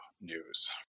news